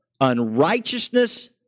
unrighteousness